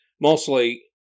mostly